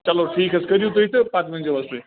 چلو ٹھیٖک حظ کٔریو تُہۍ تہٕ پتہٕ ؤنۍ زیٚو حظ تُہۍ